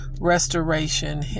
restoration